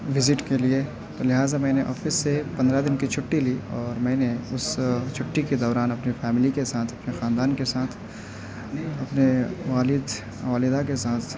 visit کے لیے تو لہذا میں نے آفس سے پندرہ دن کی چھٹّی لی اور میں نے اس چھٹّی کے دوران اپنی فیملی کے ساتھ اپنے خاندان کے ساتھ اپنے والد والدہ کے ساتھ